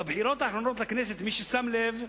בבחירות האחרונות לכנסת, מי ששם לב,